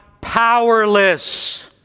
powerless